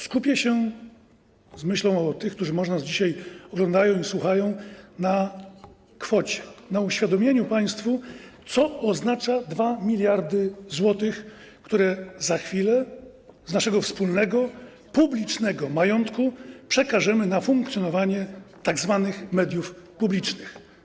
Skupię się, z myślą o tych, którzy nas może dzisiaj oglądają i słuchają, na kwocie, na uświadomieniu państwu, co oznaczają 2 mld zł, które za chwilę z naszego wspólnego, publicznego majątku przekażemy na funkcjonowanie tzw. mediów publicznych.